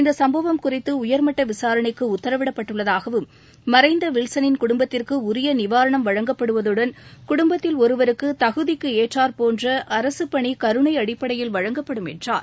இந்த சம்பவம் குறித்து உயர்மட்ட விசாரணைக்கு உத்தரவிடப்பட்டுள்ளதாகவும் மறைந்த வில்சனின் குடுப்பத்திற்கு உரிய நிவாரணம் வழங்கப்படுவதுடன் குடுப்பத்தில் ஒருவருக்கு தகுதிக்கு ஏற்றார்போன்ற அரசுப்பணி கருணை அடிப்படையில் வழங்கப்படும் என்றார்